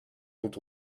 dont